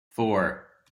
four